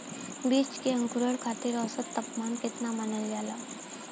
बीज के अंकुरण खातिर औसत तापमान केतना मानल जाला?